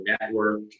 network